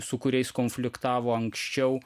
su kuriais konfliktavo anksčiau